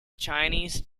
chinese